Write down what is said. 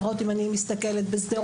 לפחות אם אני מסתכלת בשדרות,